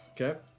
Okay